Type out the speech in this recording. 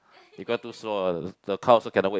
because too slow ah the crowd also cannot wait